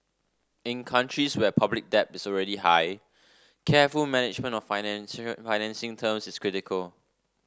in countries where public debt is already high careful management of financing financing terms is critical